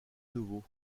nouveau